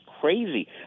crazy